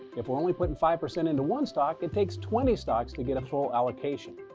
if we're only putting five percent into one stock, it takes twenty stocks to get a full allocation.